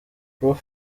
prof